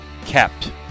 kept